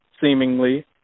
seemingly